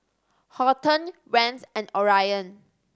Horton Rance and Orion